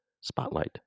spotlight